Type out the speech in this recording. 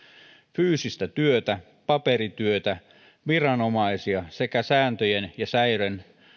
fyysistä työtä paperityötä viranomaisia sekä sääntöjen ja säiden